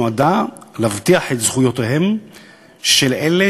נועדה להבטיח את זכויותיהם של אלה